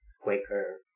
Quaker